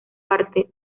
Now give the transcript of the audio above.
arte